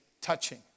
touching